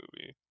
movie